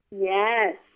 Yes